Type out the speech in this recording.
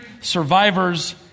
survivors